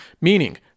meaning